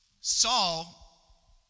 Saul